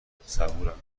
کرده، صبورم